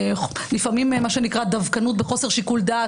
לפעמים מה שנקרא "דווקנות בחוסר שיקול דעת",